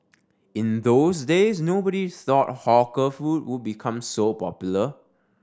in those days nobody thought hawker food would become so popular